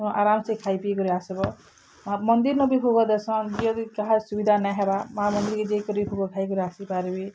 ଆରାମ୍ସେ ଖାଇ ପିଇକରି ଆସ୍ବ ମନ୍ଦିର୍ନବି ଭୋଗ ଦେସନ୍ ଯିଏ ଯଦି କାହାର୍ ସୁବିଧା ନାଇଁ ହେବାର୍ ମାଁ ମନ୍ଦିର୍କେ ଯାଇକରି ଭୋଗ ଖାଇକରି ଆସିପାର୍ବେ